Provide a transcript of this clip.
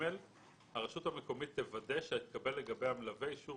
הרשות המקומית תוודא שהתקבל לגבי המלווה אישור